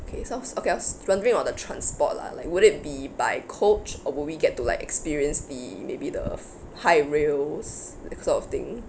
okay so okay I was wondering on the transport lah like would it be by coach or will we get to like experience be maybe the high rails that sort of thing